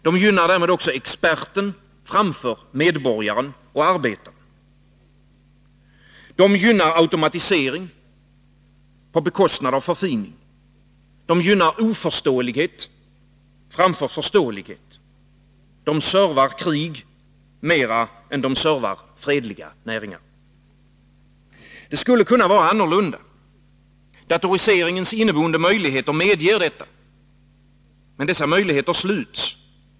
De gynnar därmed också experten framför medborgaren och arbetaren. De gynnar automatisering på bekostnad av förfining. De gynnar oförståelighet framför förståelighet. De servar krig mer än fredliga näringar. Det skulle kunna vara annorlunda. Datoriseringens inneboende möjligheter medger detta. Men dessa möjligheter sluts.